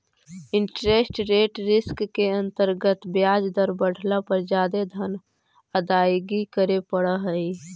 interest rate risk के अंतर्गत ब्याज दर बढ़ला पर जादे धन अदायगी करे पड़ऽ हई